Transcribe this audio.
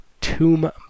Tomb